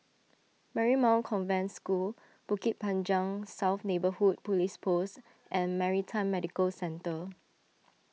Marymount Convent School Bukit Panjang South Neighbourhood Police Post and Maritime Medical Centre